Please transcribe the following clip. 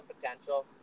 potential